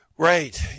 Right